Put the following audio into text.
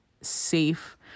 safe